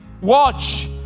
watch